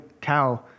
cow